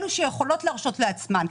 אלו שיכולות להרשות לעצמן,